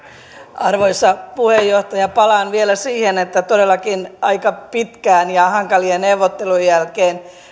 arvoisa puheenjohtaja palaan vielä siihen että todellakin aika pitkien ja hankalien neuvottelujen jälkeen